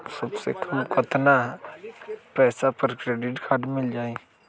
सबसे कम कतना पैसा पर क्रेडिट काड मिल जाई?